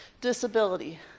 disability